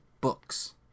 books